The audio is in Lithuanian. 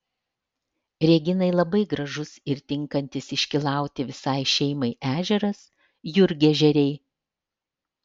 reginai labai gražus ir tinkantis iškylauti visai šeimai ežeras jurgežeriai